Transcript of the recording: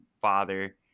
father